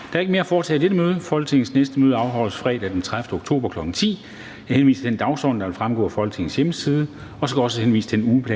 Der er ikke mere at foretage i dette møde. Folketingets næste møde afholdes fredag den 30. oktober 2020, kl. 10.00. Jeg henviser til den dagsorden, der vil fremgå af Folketingets hjemmeside. Jeg skal også henvise til den ugeplan,